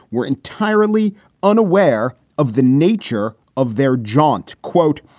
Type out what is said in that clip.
were entirely unaware of the nature of their jaunt. quote,